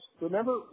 Remember